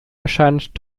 erscheint